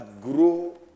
grow